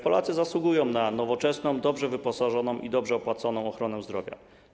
Polacy zasługują na nowoczesną, dobrze wyposażoną i dobrze opłacaną ochronę zdrowia.